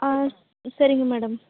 ஆ சரிங்க மேடம்